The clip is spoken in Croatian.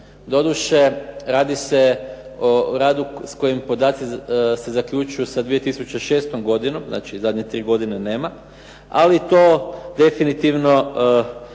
Doduše, radi se o radu s kojim podaci se zaključuju sa 2006. godinom, znači zadnje tri godine nema, ali to definitivno